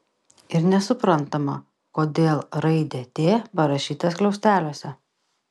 ir nesuprantama kodėl raidė t parašyta skliausteliuose